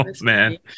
man